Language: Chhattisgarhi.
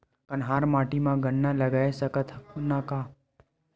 कन्हार माटी म गन्ना लगय सकथ न का?